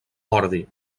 ordi